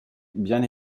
bien